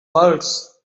words